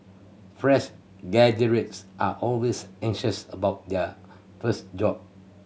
fresh graduates are always anxious about their first job